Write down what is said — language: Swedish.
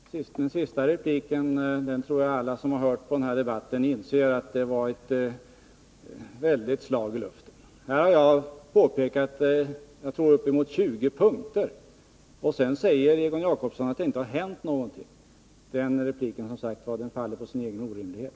Herr talman! Den sista repliken tror jag alla som har hört på denna debatt inser var ett väldigt slag i luften. Här har jag pekat på jag tror upp emot 20 punkter, och sedan säger Egon Jacobsson att det inte har hänt någonting. Den repliken faller som sagt på sin egen orimlighet.